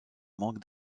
manque